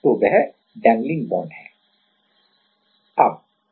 तो वह dangling bonds dangling bondsहै